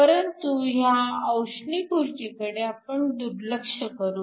परंतु ह्या औष्णिक ऊर्जेकडे आपण दुर्लक्ष करू